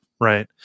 Right